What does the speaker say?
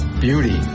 beauty